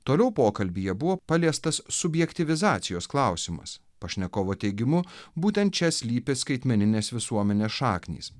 toliau pokalbyje buvo paliestas subjektyvizacijos klausimas pašnekovo teigimu būtent čia slypi skaitmeninės visuomenės šaknys